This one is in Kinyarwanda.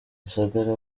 rusagara